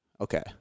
okay